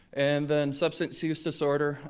and then substance use disorder,